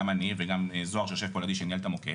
גם אני וגם זהר שיושב על ידי שניהל את המוקד